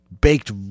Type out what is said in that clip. baked